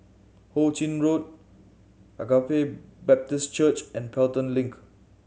Ho Ching Road Agape Baptist Church and Pelton Link